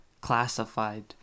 classified